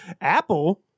Apple